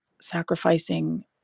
sacrificing